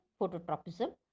phototropism